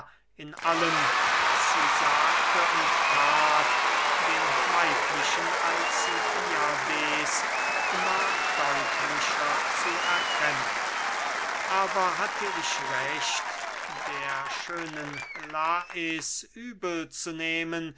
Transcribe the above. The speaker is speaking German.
in allem was sie sagte und that den weiblichen alcibiades immer deutlicher zu erkennen aber hatte ich recht der schönen lais übel zu nehmen